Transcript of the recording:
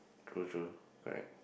true true correct